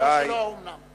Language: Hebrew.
השאלה שלו: האומנם?